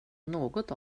något